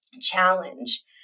challenge